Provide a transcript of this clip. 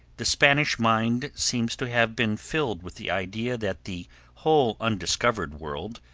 the spanish mind seems to have been filled with the idea that the whole undiscovered world,